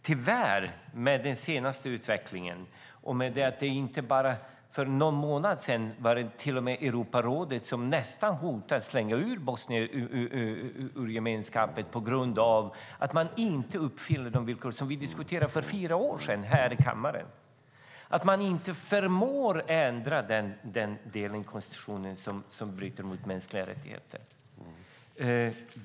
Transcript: Tyvärr var det bara någon månad sedan Europarådet nästan hotade att slänga ut Bosnien ur gemenskapen på grund av att landet inte uppfyller de villkor som vi diskuterade för fyra år sedan här i kammaren. Man förmår inte ändra den delen i konstitutionen som bryter mot mänskliga rättigheter.